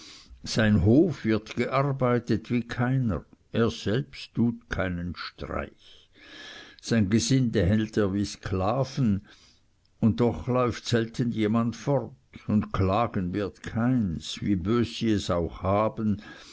sein hof wird gearbeitet wie keiner er selbst tut keinen streich sein gesinde hält er wie sklaven und doch läuft selten jemand fort und klagen wird keins wie bös sie es auch haben